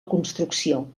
construcció